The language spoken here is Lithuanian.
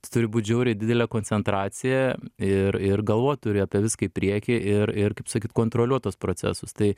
tu turi būt žiauriai didelė koncentracija ir ir galvot turi apie viską į priekį ir ir kaip sakyt kontroliuot tuos procesus tai